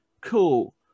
cool